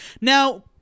Now